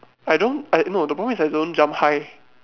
I don't I no the problem is I don't jump high